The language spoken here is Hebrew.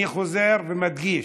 אני חוזר ומדגיש: